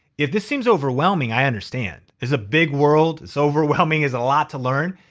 if this seems overwhelming, i understand. it's a big world. it's overwhelming. it's a lot to learn.